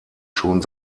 schon